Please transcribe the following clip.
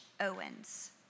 Owens